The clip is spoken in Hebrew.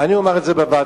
אני אומר את זה בוועדה,